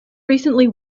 recently